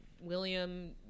William